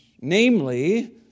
Namely